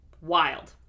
Wild